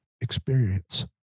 experience